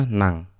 nang